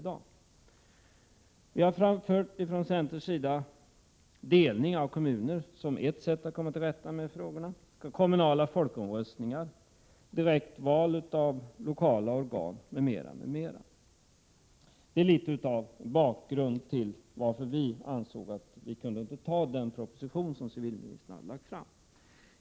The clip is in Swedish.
Centern har framfört förslag om delning av kommuner som ett sätt att komma till rätta med frågorna. Vi har även föreslagit kommunala folkomröstningar och direktval av lokala organ, m.m. Det är något av bakgrunden till att vi inte ansåg att vi kunde godkänna den proposition som civilministern har lagt fram.